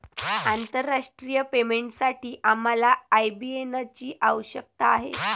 आंतरराष्ट्रीय पेमेंटसाठी आम्हाला आय.बी.एन ची आवश्यकता आहे